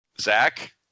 Zach